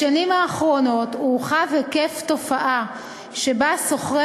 בשנים האחרונות הורחב היקף התופעה שבה סוחרי